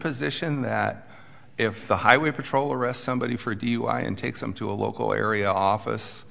position that if the highway patrol arrest somebody for dui and takes them to a local area office